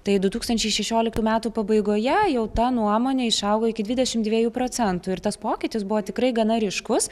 tai du tūkstančiai šešioliktų metų pabaigoje jau ta nuomonė išaugo iki dvidešim dviejų procentų ir tas pokytis buvo tikrai gana ryškus